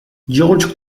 george